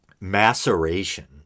maceration